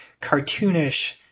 cartoonish